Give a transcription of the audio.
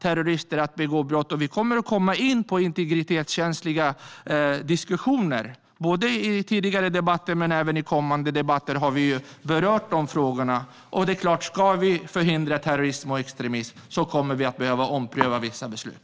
Vi kommer att komma in på integritetskänsliga diskussioner. I tidigare debatter har vi berört de frågorna, och de kommer att komma upp igen. Ska vi förhindra terrorism och extremism kommer vi att behöva ompröva vissa beslut.